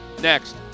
Next